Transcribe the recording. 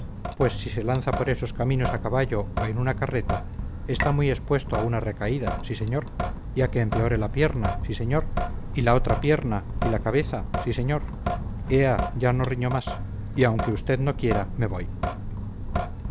pues si se lanza por esos caminos a caballo o en una carreta está muy expuesto a una recaída sí señor y a que empeore la pierna sí señor y la otra pierna y la cabeza sí señor ea ya no riño más y aunque usted no quiera me voy